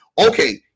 okay